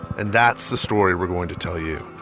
and that's the story we're going to tell you